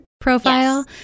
profile